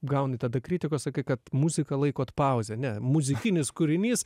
gauni tada kritikos kad muziką laikot pauze ne muzikinis kūrinys